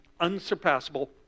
unsurpassable